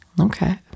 Okay